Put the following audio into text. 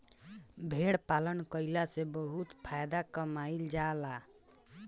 भेड़ पालन कईला से बहुत फायदा कमाईल जा जाला